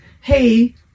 Hey